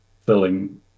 filling